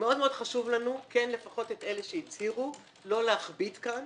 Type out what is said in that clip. מאוד חשוב לנו לפחות לגבי אלה שהצהירו לא להכביד כאן